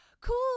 cool